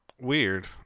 weird